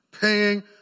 paying